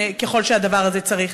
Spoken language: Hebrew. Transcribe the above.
ככל שהדבר הזה דרוש.